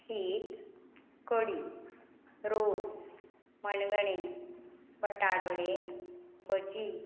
शीत कडी रोस मणगणे बटाडवडे भजी